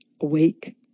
awake